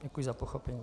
Děkuji za pochopení.